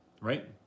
Right